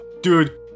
dude